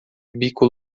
bico